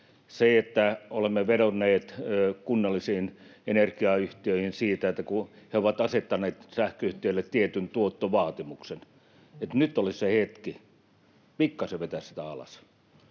Olemme vedonneet kunnallisiin energiayhtiöihin siitä, kun he ovat asettaneet sähköyhtiöille tietyn tuottovaatimuksen, että nyt olisi se hetki pikkasen vetää sitä alas,